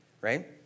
Right